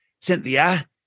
Cynthia